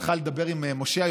הלכה לדבר עם משה היום,